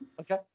Okay